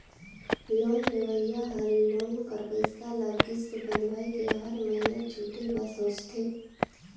loan लेहोइया हर loan कर पइसा ल किस्त बंधवाए के हर महिना छुटे बर सोंचथे